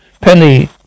Penny